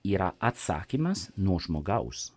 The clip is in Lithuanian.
yra atsakymas nuo žmogaus